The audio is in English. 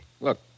Look